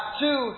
two